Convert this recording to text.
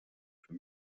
für